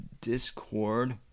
Discord